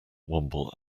womble